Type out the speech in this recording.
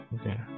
Okay